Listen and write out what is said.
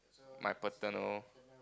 my paternal